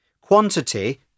Quantity